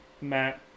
Matt